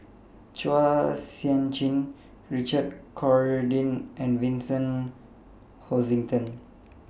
Chua Sian Chin Richard Corridon and Vincent Hoisington